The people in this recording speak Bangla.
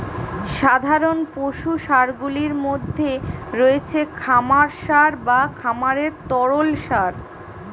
সাধারণ পশু সারগুলির মধ্যে রয়েছে খামার সার বা খামারের তরল সার